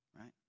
right